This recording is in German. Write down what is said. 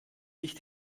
sich